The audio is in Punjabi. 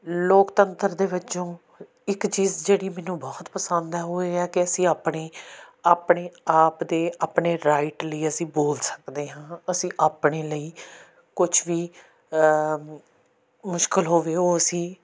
ਲੋਕਤੰਤਰ ਦੇ ਵਿੱਚੋਂ ਇੱਕ ਚੀਜ਼ ਜਿਹੜੀ ਮੈਨੂੰ ਬਹੁਤ ਪਸੰਦ ਹੈ ਉਹ ਇਹ ਆ ਕਿ ਅਸੀਂ ਆਪਣੇ ਆਪਣੇ ਆਪ ਦੇ ਆਪਣੇ ਰਾਈਟ ਲਈ ਅਸੀਂ ਬੋਲ ਸਕਦੇ ਹਾਂ ਅਸੀਂ ਆਪਣੇ ਲਈ ਕੁਛ ਵੀ ਮੁਸ਼ਕਲ ਹੋਵੇ ਉਹ ਅਸੀਂ